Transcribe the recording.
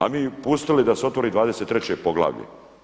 A mi pustili da se otvori 23. poglavlje.